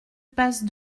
passe